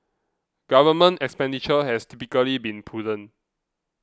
government expenditure has typically been prudent